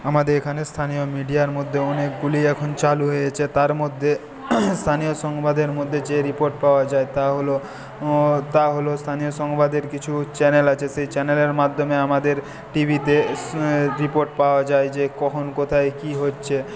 আমাদের এখানে স্থানীয় মিডিয়ার মধ্যে অনেকগুলি এখন চালু হয়েছে তার মধ্যে স্থানীয় সংবাদের মধ্যে যে রিপোর্ট পাওয়া যায় তা হলো তা হলো স্থানীয় সংবাদের কিছু চ্যানেল আছে সেই চ্যানেলের মাধ্যমে আমাদের টিভিতে রিপোর্ট পাওয়া যায় যে কখন কোথায় কি হচ্ছে